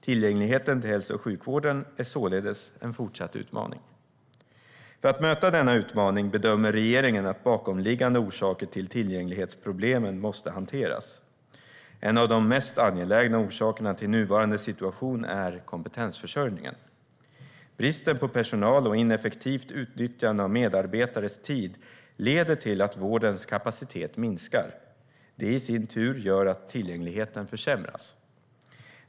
Tillgängligheten till hälso och sjukvården är således fortsatt en utmaning. För att möta denna utmaning bedömer regeringen att bakomliggande orsaker till tillgänglighetsproblemen måste hanteras. En av de mest angelägna orsakerna till nuvarande situation är kompetensförsörjningen. Bristen på personal och ineffektivt utnyttjande av medarbetares tid leder till att vårdens kapacitet minskar. Det gör i sin tur att tillgängligheten försämras.